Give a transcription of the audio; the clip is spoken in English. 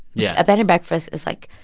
yeah a bed and breakfast is, like,